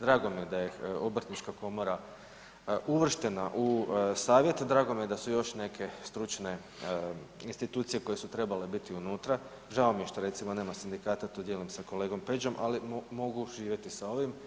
Drago mi je da je obrtnička komora uvrštena u savjet, drago mi je da su još neke stručne institucije koje su trebale biti unutra, žao mi je što recimo nema sindikata to dijelim sa kolegom Peđom, ali mogu živjeti sa ovim.